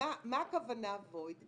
מה הכוונה ב-void?